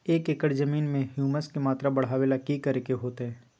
एक एकड़ जमीन में ह्यूमस के मात्रा बढ़ावे ला की करे के होतई?